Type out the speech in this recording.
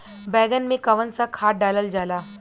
बैंगन में कवन सा खाद डालल जाला?